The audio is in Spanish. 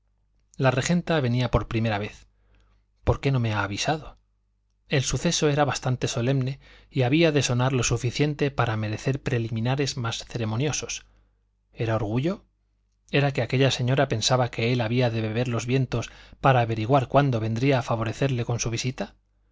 la regenta venía por primera vez por qué no le había avisado el suceso era bastante solemne y había de sonar lo suficiente para merecer preliminares más ceremoniosos era orgullo era que aquella señora pensaba que él había de beber los vientos para averiguar cuándo vendría a favorecerle con su visita